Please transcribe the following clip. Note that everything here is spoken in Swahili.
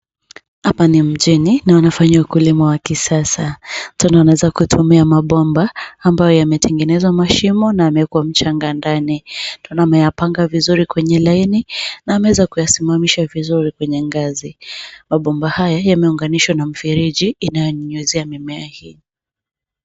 Hapa ni mjini na wanafanya ukulima wa kisasa. Tunaweza kutumia mabomba ambayo yametengenezewa mashimo na yamewekwa mchanga ndani. Tunayapanga vizuri kwenye laini na ameweza kuyamesimama vizuri kwe ngazi. Mabomba haya yameunganishwa na mfereji inayonyunyizia mimea hii.